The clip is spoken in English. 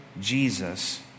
Jesus